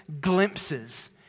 glimpses